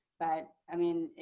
but i mean,